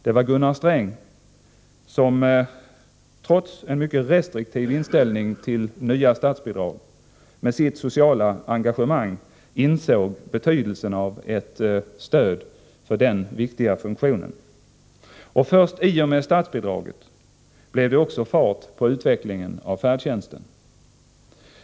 Det var Gunnar Sträng som, trots en mycket restriktiv inställning till nya statsbidrag, med sitt sociala engagemang insåg betydelsen av ett stöd för den viktiga funktionen. Först i och med statsbidraget blev det också fart på utvecklingen av färdtjänsten.